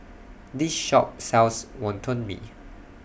This Shop sells Wonton Mee